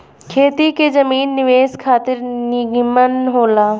खेती के जमीन निवेश खातिर निमन होला